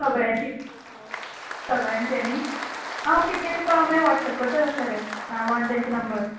सगळ्यांची सगळ्यांचे न्ही आं तें ओके तुका हांव मागीर व्हाॅटसेप करता तशें जाल्यार नांवां आनी तेंचो नंबर